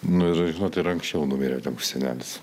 nu ir žinot ir anksčiau numirė senelis